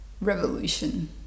revolution